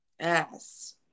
yes